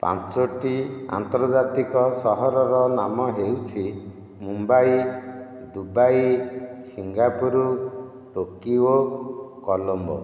ପାଞ୍ଚଟି ଆନ୍ତର୍ଜାତିକ ସହରର ନାମ ହେଉଛି Mumbai Dubai Singapore Tokyo Colombo